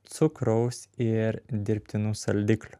cukraus ir dirbtinų saldiklių